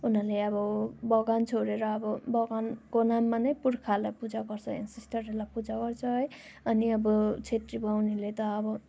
उनीहरूले अब भगवान् छोडेर अब भगवान्को नाममा नै पुर्खाहरूलाई पूजा गर्छ एनसेस्टरहरूलाई पूजा गर्छ है अनि अब छेत्री बाहुनहरूले त अब